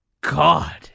God